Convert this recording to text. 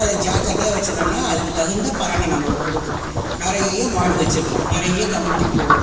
அதை ஜாக்கிரதையா வெச்சிருந்தோம்னா அதுக்கு தகுந்த பலனை நம்மளுக்கு கொடுக்கும் நிறைய மாடு வெச்சுருப்போம் நிறைய கன்றுக்குட்டி போடும்